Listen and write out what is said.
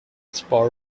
spa